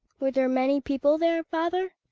were there many people there, father?